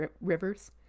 rivers